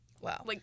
Wow